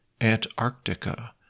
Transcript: Antarctica